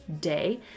day